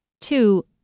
Two